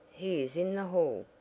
he is in the hall.